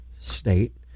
state